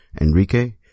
Enrique